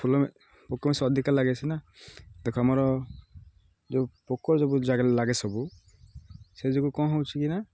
ଫୁଲ ପୋକ ଅଧିକା ଲାଗେ ସିନା ଦେଖ ଆମର ଯେଉଁ ପୋକ ଯୋଗୁଁ ଜାଗାରେ ଲାଗେ ସବୁ ସେ ଯୋଗୁଁ କ'ଣ ହେଉଛିକିନା